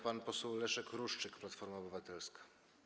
Pan poseł Leszek Ruszczyk, Platforma Obywatelska.